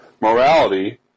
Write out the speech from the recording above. Morality